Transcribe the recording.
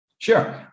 Sure